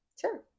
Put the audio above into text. sure